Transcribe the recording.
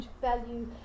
value